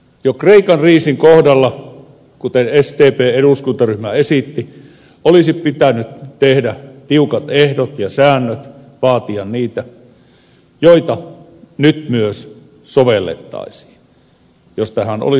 jo kreikan kriisin kohdalla kuten sdpn eduskuntaryhmä esitti olisi pitänyt tehdä tiukat ehdot ja säännöt vaatia niitä joita nyt myös sovellettaisiin jos tähän olisi suostuttu